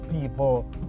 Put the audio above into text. people